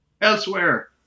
Elsewhere